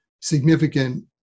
significant